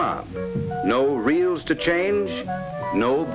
mom no reels to change no